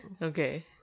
Okay